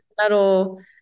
metal